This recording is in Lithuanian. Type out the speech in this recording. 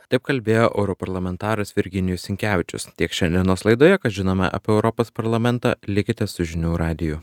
taip kalbėjo europarlamentaras virginijus sinkevičius tiek šiandienos laidoje kas žinoma apie europos parlamentą likite su žinių radiju